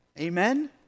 Amen